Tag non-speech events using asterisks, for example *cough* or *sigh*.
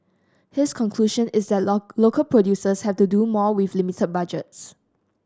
his conclusion is that *unintelligible* local producers have to do more with limited budgets